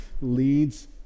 leads